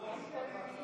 היושב-ראש,